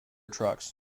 trucks